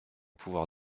pouvoir